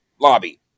lobby